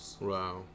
Wow